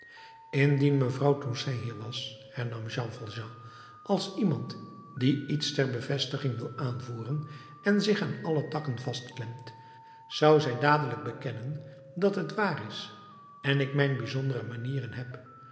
indien vrouw toussaint hier was hernam jean valjean als iemand die iets ter bevestiging wil aanvoeren en zich aan alle takken vastklemt zou zij dadelijk bekennen dat het waar is en ik mijn bijzondere manieren heb